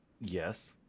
Yes